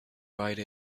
write